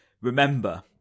remember